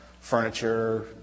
furniture